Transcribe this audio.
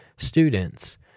students